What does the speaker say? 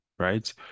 right